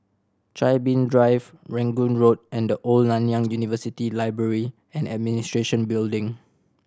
Chin Bee Drive Rangoon Road and The Old Nanyang University Library and Administration Building